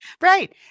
Right